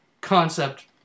concept